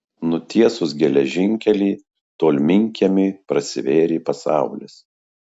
nutiesus geležinkelį tolminkiemiui prasivėrė pasaulis